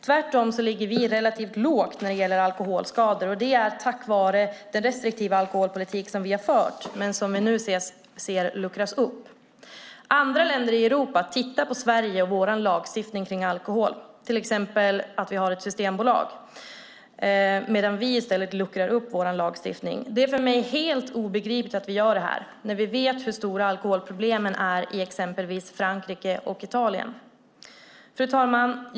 Tvärtom ligger vi relativt lågt vad gäller alkoholskador tack vare den restriktiva alkoholpolitik vi har fört men som nu luckras upp. Andra länder i Europa tittar på Sverige och vår lagstiftning kring alkohol, till exempel att vi har ett systembolag, medan vi i stället luckrar upp vår lagstiftning. Det är för mig helt obegripligt att vi gör det när vi vet hur stora alkoholproblemen är i exempelvis Frankrike och Italien. Fru talman!